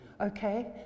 okay